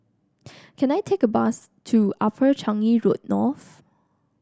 can I take a bus to Upper Changi Road North